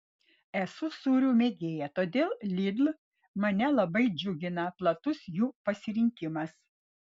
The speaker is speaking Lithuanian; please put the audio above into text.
esu sūrių mėgėja todėl lidl mane labai džiugina platus jų pasirinkimas